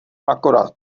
akorát